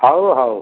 ହଉ ହଉ